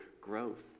growth